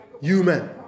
human